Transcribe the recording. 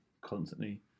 constantly